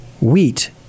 wheat